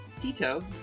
Tito